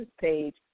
page